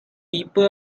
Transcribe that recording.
people